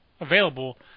available